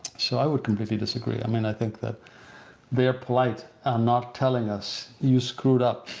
so i would completely disagree. i mean i think that they are polite and not telling us you screwed up,